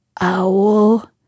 Owl